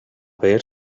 ver